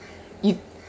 you